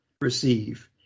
receive